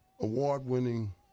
award-winning